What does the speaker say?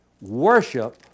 worship